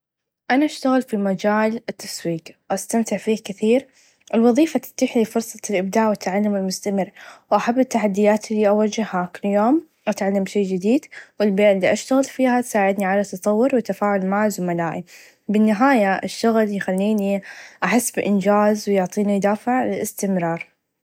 انا اشتغل في مچال التسويق أستمتع فيه كثير الوظيفه تتيحلي فرصه الإبداع و التعلم المستمر و أحب الاحديات إلي أواچها كل يوم أتعلم شئ چديد و البلد إلي أشتغل فيها تساعدني على التطور و تفاعل مع زملائي بالنهايه الشغل يخليني أحس بإنچاز و يعطيني دافع للإستمرار.